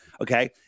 Okay